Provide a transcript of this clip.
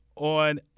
on